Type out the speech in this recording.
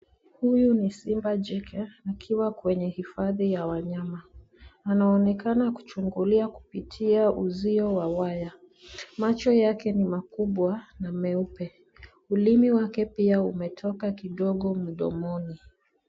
Huyu ni simba jike akiwa kwenye hifadhi ya wanyama. Anaonekana kuchungulia kupitia uzio wa waya. Macho yake ni makubwa na meupe. Ulimi wake pia umetoka kidigo mdomoni.